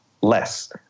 less